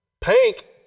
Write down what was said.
Pink